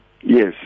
Yes